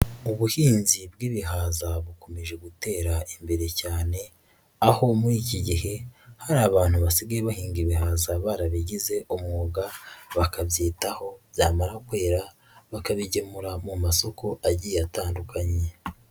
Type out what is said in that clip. Ubuhinzi bw'ibihaza bukomeje gutera imbere cyane, aho muri iki gihe hari abantu basigaye bahinga ibihaza barabigize umwuga, bakabyitaho byamara kwera bakabigemura mu masoko agiye atandukanye.